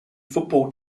football